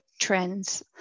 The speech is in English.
trends